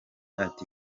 ati